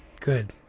Good